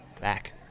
back